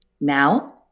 Now